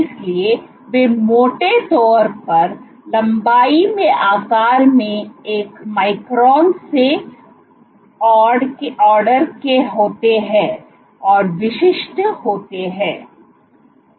इसलिए वे मोटे तौर पर लंबाई में आकार में एक माइक्रोन के ऑर्डे के होते हैं और विशिष्ट होते हैं